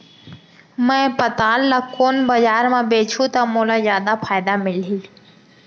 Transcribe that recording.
मैं पताल ल कोन बजार म बेचहुँ त मोला जादा फायदा मिलही?